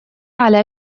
على